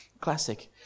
classic